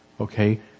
Okay